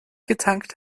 getankt